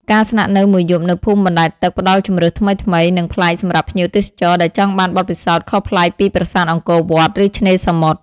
ការស្នាក់នៅមួយយប់នៅភូមិបណ្ដែតទឹកផ្ដល់ជម្រើសថ្មីៗ និងប្លែកសម្រាប់ភ្ញៀវទេសចរដែលចង់បានបទពិសោធន៍ខុសប្លែកពីប្រាសាទអង្គរវត្ត ឬឆ្នេរសមុទ្រ។